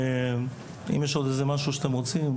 יש עוד משהו שאתם רוצים?